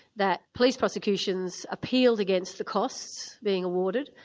that police prosecutions appealed against the costs being awarded,